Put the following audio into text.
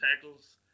tackles